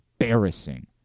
embarrassing